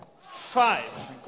five